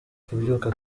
kubyuka